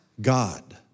God